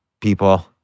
people